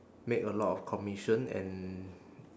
make a lot of commission and